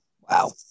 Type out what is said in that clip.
Wow